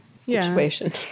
situation